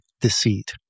deceit